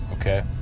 okay